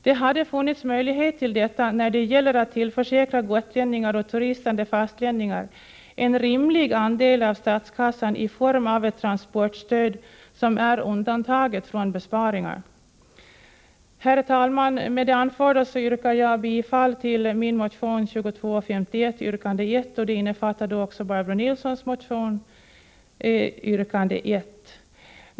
Det hade funnits möjlighet till detta när det gäller att tillförsäkra gotlänningar och turistande fastlänningar en rimlig andel av statskassan i form av ett transportstöd som är undantaget från besparingar. Herr talman! Med det anförda yrkar jag bifall till min motion 2251, yrkande 1, och det innefattar då också Barbro Nilssons motion, yrkande 1.